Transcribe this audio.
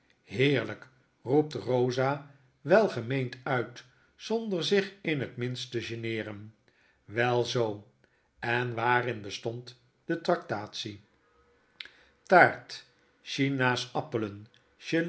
heerljjkr roept rosa welgemeend uit zonder zich in het minst te geneeren welzoo i en waarin bestond de tractatie taart